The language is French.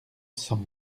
cent